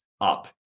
up